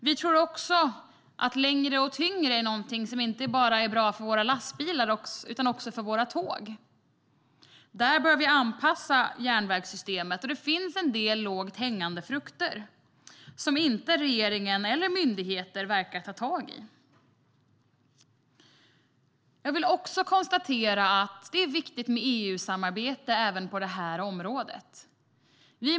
Vi tror också att längre och tyngre är något som är bra inte bara för våra lastbilar utan även för våra tåg. Här bör vi anpassa järnvägssystemet. Det finns en del lågt hängande frukter som varken regeringen eller några myndigheter verkar ta tag i. Jag kan också konstatera att EU-samarbete är viktigt även på detta område.